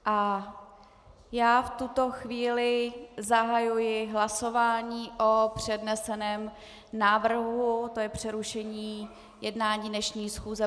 A já v tuto chvíli zahajuji hlasování o předneseném návrhu, tj. přerušení jednání dnešní schůze.